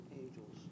angels